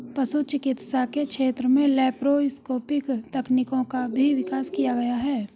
पशु चिकित्सा के क्षेत्र में लैप्रोस्कोपिक तकनीकों का भी विकास किया गया है